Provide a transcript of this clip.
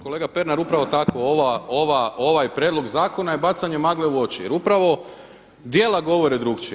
Kolega Pernar upravo tako ovaj prijedlog zakona je bacanje magle u oči jer upravo djela govore drukčije.